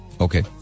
okay